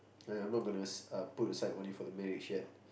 I'm not gonna put aside money for the marriage yet